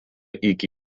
iki